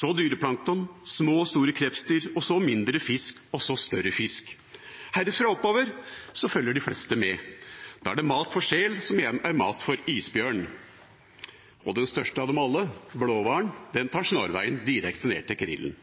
så dyreplankton, så små og store krepsdyr, så mindre fisk og så større fisk. Herfra og oppover følger de fleste med. Da er det mat for sel, som igjen er mat for isbjørn. Og den største av dem alle – blåhvalen – tar snarveien direkte ned til krillen.